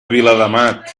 viladamat